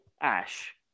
Ash